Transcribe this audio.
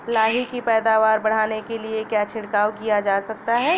लाही की पैदावार बढ़ाने के लिए क्या छिड़काव किया जा सकता है?